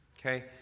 Okay